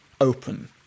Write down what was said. open